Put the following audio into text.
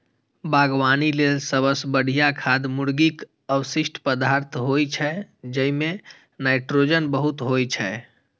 बागवानी लेल सबसं बढ़िया खाद मुर्गीक अवशिष्ट पदार्थ होइ छै, जइमे नाइट्रोजन बहुत होइ छै